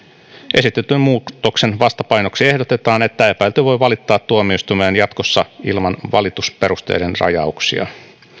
esitetyn muutoksen vastapainoksi ehdotetaan että epäilty voi valittaa tuomioistuimeen jatkossa ilman valitusperusteiden rajauksia